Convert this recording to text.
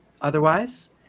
otherwise